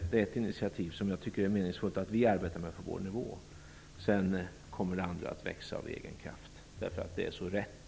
Det är ett initiativ som jag tycker är meningsfullt att vi arbetar med på vår nivå. Sedan kommer det andra att växa av egen kraft, eftersom det är så rätt.